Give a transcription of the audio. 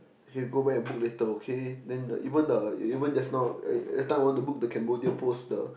hey go back and book later okay then the even the even just now eh every time I want to book the Cambodia post the